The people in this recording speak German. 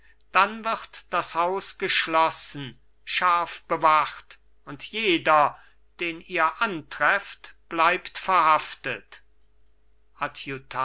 dann wird das haus geschlossen scharf bewacht und jeder den ihr antrefft bleibt verhaftet